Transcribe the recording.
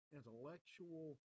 intellectual